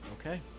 okay